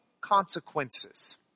consequences